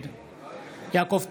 נגד יעקב טסלר,